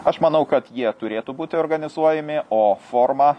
aš manau kad jie turėtų būti organizuojami o formą